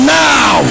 now